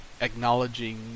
acknowledging